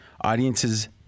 Audiences